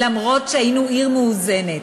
למרות שהיינו עיר מאוזנת.